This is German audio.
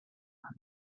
der